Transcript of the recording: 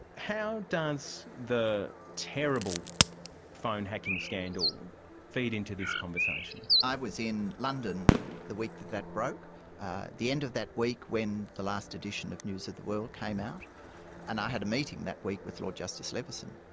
how does the terrible phone hacking scandal feed into this conversation? i was in london the week that that broke the end of that week, when the last edition of news of the world out and i had a meeting that week with lord justice leveson,